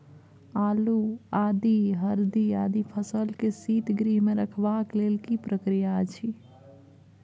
आलू, आदि, हरदी आदि फसल के शीतगृह मे रखबाक लेल की प्रक्रिया अछि?